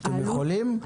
אתם יכולים?